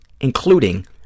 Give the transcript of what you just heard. including